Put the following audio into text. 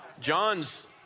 John's